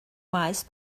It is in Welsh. maes